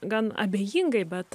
gan abejingai bet